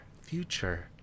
future